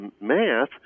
math